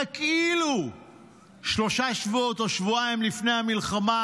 רק אילו שלושה שבועות או שבועיים לפני המלחמה